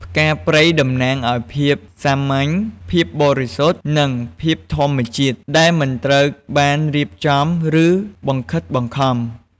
ផ្កាព្រៃតំណាងឱ្យ ភាពសាមញ្ញ ភាពបរិសុទ្ធ និងភាពធម្មជាតិ ដែលមិនត្រូវបានរៀបចំ ឬបង្ខិតបង្ខំ។